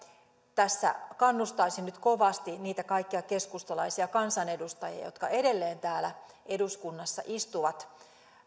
tässä kannustaisin nyt kovasti niitä kaikkia keskustalaisia kansanedustajia jotka edelleen täällä eduskunnassa istuvat